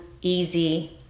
easy